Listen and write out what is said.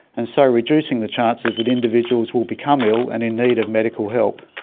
and so reducing the chances that individuals will become ill and in need of medical help.